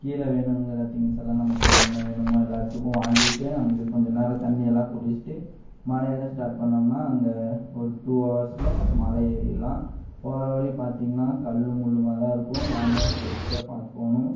கீழே வேணுங்கிற திங்ஸ்ஸெல்லாம் நமக்கு என்ன வேணுமோ எல்லார்துக்கும் வாங்கிட்டு அங்கே கொஞ்சம் நேரம் தண்ணி எல்லாம் குடிச்சுட்டு மலை ஏற ஸ்டார்ட் பண்ணிணோம்னா அங்கே ஒரு டூ ஹவர்ஸில் மலை ஏறிடலாம் போகிற வழி பார்த்திங்னா கல் முள்ளுமாதான் இருக்கும் நாம்தான் சேஃப்டியாக பார்த்து போகணும்